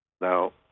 Now